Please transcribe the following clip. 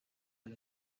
del